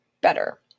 better